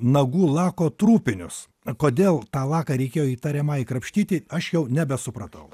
nagų lako trupinius kodėl tą laką reikėjo įtariamajai krapštyti aš jau nebesupratau